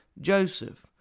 Joseph